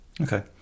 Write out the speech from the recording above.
Okay